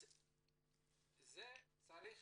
צריך